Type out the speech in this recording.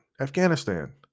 Afghanistan